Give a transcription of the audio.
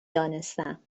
دانستم